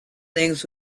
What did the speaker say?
things